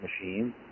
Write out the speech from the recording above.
machine